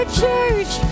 church